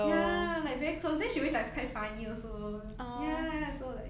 ya like very close then she always like quite funny also ya so like